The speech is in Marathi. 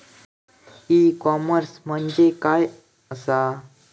ई कॉमर्स म्हणजे काय असा?